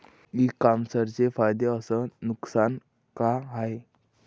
इ कामर्सचे फायदे अस नुकसान का हाये